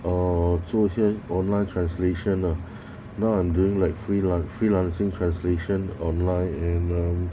err 做些 online translation ah now I'm doing like freelance freelancing translation online and um